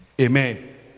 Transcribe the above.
Amen